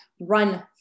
run